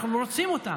אנחנו רוצים אותם.